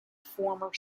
former